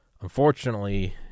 unfortunately